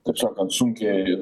taip sakant sunkiai